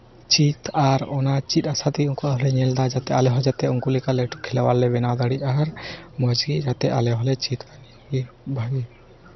ᱪᱤᱫ ᱟᱨ ᱚᱱᱟ ᱪᱤᱫ ᱟᱥᱟᱛᱮ ᱩᱱᱠᱩᱣᱟᱜ ᱦᱚᱸᱞᱮ ᱧᱮᱞᱫᱟ ᱡᱟᱛᱮ ᱟᱞᱮ ᱦᱚᱸ ᱡᱟᱛᱮ ᱩᱱᱠᱩ ᱞᱮᱠᱟᱞᱮ ᱞᱟᱹᱴᱩ ᱠᱷᱮᱞᱣᱟᱲ ᱞᱮ ᱵᱮᱱᱟᱣ ᱫᱟᱲᱮᱜ ᱟᱨ ᱢᱚᱡᱽ ᱜᱮ ᱟᱞᱮ ᱦᱚᱸᱞᱮ ᱪᱮᱫ ᱠᱷᱟᱡ ᱜᱮ ᱵᱷᱟᱜᱮ